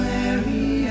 Mary